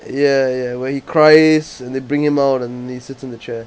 ya ya where he cries and they bring him out and he sits in the chair